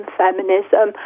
feminism